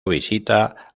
visita